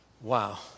Wow